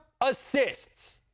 assists